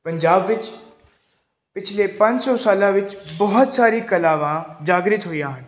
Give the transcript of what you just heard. ਪੰਜਾਬ ਵਿੱਚ ਪਿਛਲੇ ਪੰਜ ਸੌ ਸਾਲਾਂ ਵਿੱਚ ਬਹੁਤ ਸਾਰੀ ਕਲਾਵਾਂ ਜਾਗਰਿਤ ਹੋਈਆਂ ਹਨ